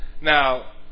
now